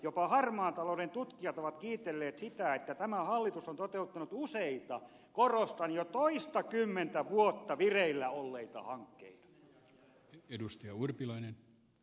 jopa harmaan talouden tutkijat ovat kiitelleet sitä että tämä hallitus on toteuttanut useita korostan jo toistakymmentä vuotta vireillä olleita hankkeita